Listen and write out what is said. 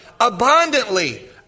abundantly